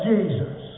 Jesus